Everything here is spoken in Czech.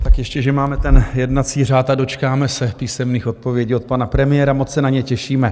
Tak ještě že máme ten jednací řád a dočkáme se písemných odpovědí od pana premiéra, moc se na ně těšíme.